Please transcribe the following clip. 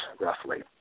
roughly